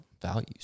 values